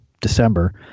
December